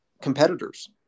competitors